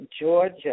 Georgia